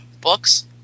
books